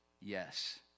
Yes